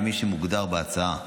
כמו שמוגדר בהצעה.